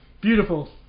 Beautiful